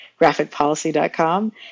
graphicpolicy.com